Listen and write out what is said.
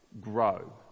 grow